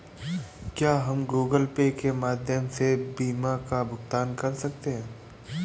क्या हम Google Pay के माध्यम से बीमा का भुगतान कर सकते हैं?